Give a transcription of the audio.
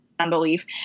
unbelief